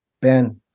Ben